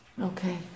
Okay